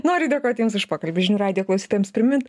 noriu dėkot jums už pokalbį žinių radijo klausytojams primint